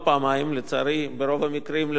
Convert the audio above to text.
לצערי ברוב המקרים ללא הצלחה,